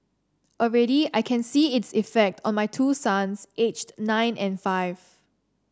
already I can see its effect on my two sons aged nine and five